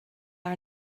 are